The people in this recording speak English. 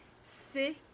sick